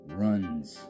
runs